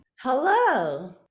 Hello